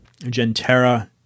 Gentera